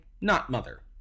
not-mother